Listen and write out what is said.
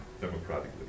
democratically